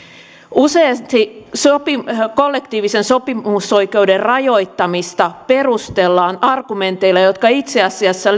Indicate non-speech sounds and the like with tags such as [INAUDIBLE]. useasti kollektiivisen sopimusoikeuden rajoittamista perustellaan argumenteilla jotka itse asiassa [UNINTELLIGIBLE]